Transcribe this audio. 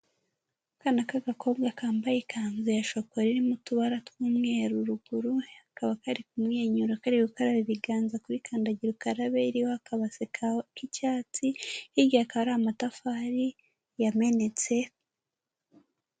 Akana k'agakobwa kambaye ikanzu ya shokora irimo utubara tw'umweru ruguru kakaba kari kumwenyura kari gukaraba ibiganza kuri kandagira ukarabe iriho akabase k'icyatsi, hirya hakaba hari amatafari yamenetse.